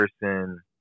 person